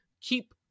keep